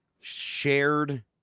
shared